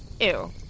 Ew